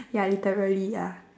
ya literally ya